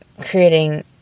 creating